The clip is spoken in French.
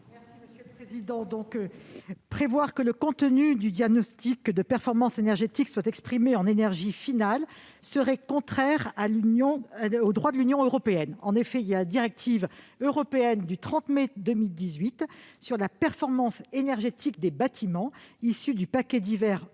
économiques ? Prévoir que le contenu du diagnostic de performance énergétique doit être exprimé en énergie finale serait contraire au droit de l'Union européenne. En effet, la directive européenne du 30 mai 2018 sur la performance énergétique des bâtiments, issue du paquet d'hiver européen,